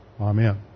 Amen